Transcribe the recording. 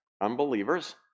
Unbelievers